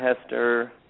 Hester